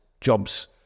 jobs